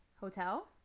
hotel